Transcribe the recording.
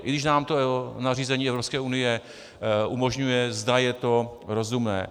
I když nám to nařízení Evropské unie umožňuje, zda je to rozumné.